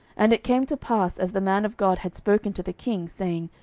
and it came to pass as the man of god had spoken to the king, saying,